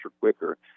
quicker